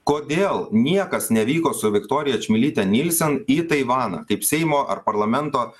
kodėl niekas nevyko su viktorija čmilyte nielsen į taivaną kaip seimo ar parlamento